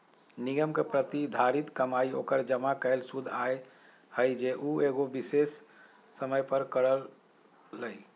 निगम के प्रतिधारित कमाई ओकर जमा कैल शुद्ध आय हई जे उ एगो विशेष समय पर करअ लई